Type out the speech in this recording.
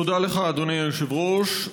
תודה לך, אדוני היושב-ראש.